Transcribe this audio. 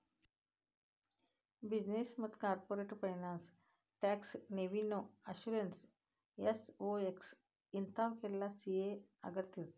business ಮತ್ತ corporate finance taxation revenue assurance SOX ಇಂತಾವುಕ್ಕೆಲ್ಲಾ CA ಅಗತ್ಯಇರ್ತದ